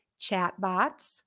chatbots